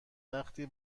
وقتی